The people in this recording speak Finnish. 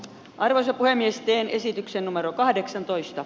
arvoisa puhemies teen esityksen numero kahdeksantoista